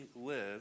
live